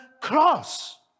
cross